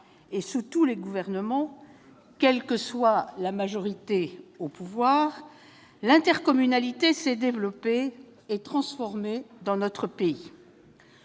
et sous tous les gouvernements, quelle que soit la majorité au pouvoir, l'intercommunalité s'est développée et transformée dans notre pays.